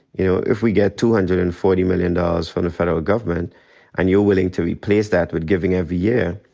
you know, if we get two hundred and forty million dollars from the federal government and you're willing to replace that with giving every year,